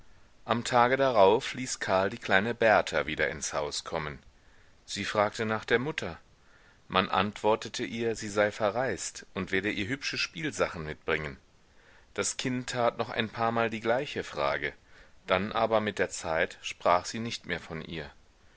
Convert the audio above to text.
am tage darauf ließ karl die kleine berta wieder ins haus kommen sie fragte nach der mutter man antwortete ihr sie sei verreist und werde ihr hübsche spielsachen mitbringen das kind tat noch ein paarmal die gleiche frage dann aber mit der zeit sprach sie nicht mehr von ihr